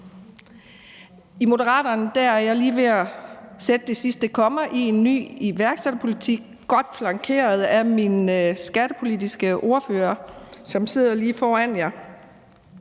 I Moderaterne er jeg lige ved at sætte det sidste komma i en ny iværksætterpolitik godt flankeret af min skattepolitiske ordførerkollega, som sidder lige foran jer.